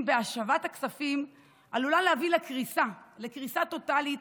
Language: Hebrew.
בהשבת הכספים עלולה להביא לקריסה טוטלית,